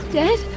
dead